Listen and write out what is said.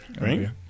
right